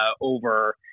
over